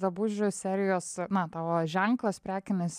drabužių serijos na tavo ženklas prekinis